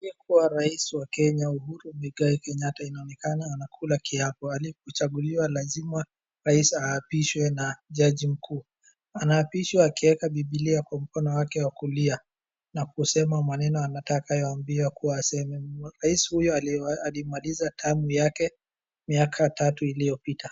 Aliyekuwa Rais wa Kenya Uhuru Muigai Kenyatta inaonekana anakula kiapo alippo chaguliwa laziwa rais aapishwe na Jaji mkuu, anaapishwa akiweka Bibilia kwa mkono wake wa kulia ,na kusema maneno atakayo ambiwa kuwa aseme. Rais huyo alimaliza tamu yake miaka tatu iliyopita.